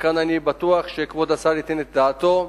וכאן אני בטוח שכבוד השר ייתן את דעתו,